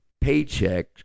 paycheck